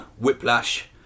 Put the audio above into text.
Whiplash